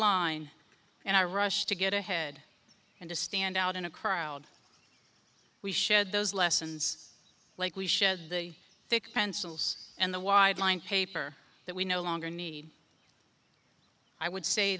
line and i rushed to get ahead and to stand out in a crowd we shared those lessons like we shed the thick pencils and the wide line paper that we no longer need i would say